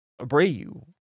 Abreu